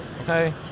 Okay